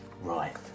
right